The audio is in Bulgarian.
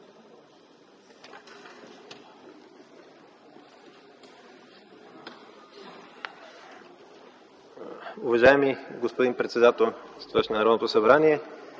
Уважаеми господин председател,